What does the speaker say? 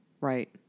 Right